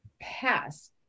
pass